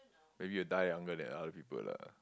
maybe you will die younger than other people lah